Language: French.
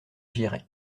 j’irai